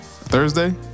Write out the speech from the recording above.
Thursday